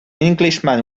englishman